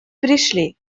пришли